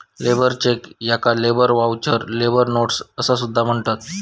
labour cheque याका labour voucher, labour notes असा सुद्धा म्हणतत